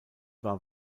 war